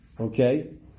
Okay